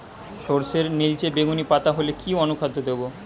সরর্ষের নিলচে বেগুনি পাতা হলে কি অনুখাদ্য দেবো?